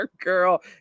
girl